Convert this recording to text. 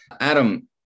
Adam